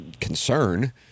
concern